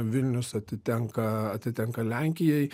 vilnius atitenka atitenka lenkijai